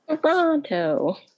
Toronto